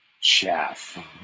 chaff